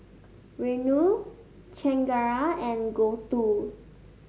Renu Chengara and Gouthu